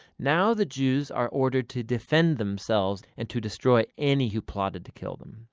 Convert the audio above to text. now the jews are ordered to defend themselves and to destroy any who plotted to kill them.